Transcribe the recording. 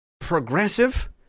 progressive